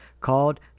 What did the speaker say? called